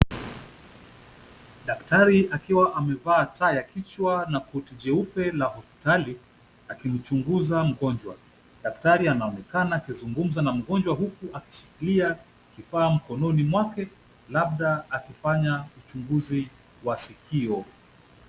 Daktari akiwa amevaa taa ya kichwa na koti jeupe la hospitali, akimchunguza mgonjwa. Daktari anaonekana akizungumza na mgonjwa huku akishikilia kifaa mkononi mwake labda akifanya uchunguzi wa sikio.